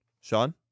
Sean